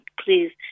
please